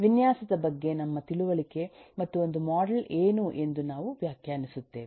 ವಿನ್ಯಾಸದ ಬಗ್ಗೆ ನಮ್ಮ ತಿಳುವಳಿಕೆ ಮತ್ತು ಒಂದು ಮಾಡೆಲ್ ಏನು ಎಂದು ನಾವು ವ್ಯಾಖ್ಯಾನಿಸುತ್ತೇವೆ